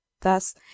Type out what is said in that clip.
thus